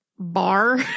Bar